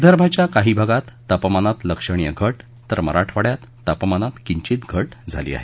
विदर्भाच्या काही भागात तापमानात लक्षणीय घट तर मराठवाड्यात तापमानात किचित घट झाली आहे